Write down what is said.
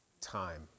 time